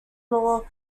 law